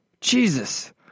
Jesus